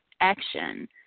action